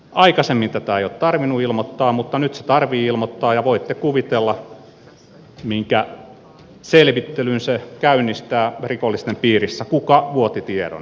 aikaisemmin tätä ei ole tarvinnut ilmoittaa mutta nyt se täytyy ilmoittaa ja voitte kuvitella minkä selvittelyn se käynnistää rikollisten piirissä kuka vuoti tiedon